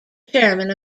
chairman